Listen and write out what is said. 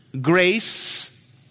Grace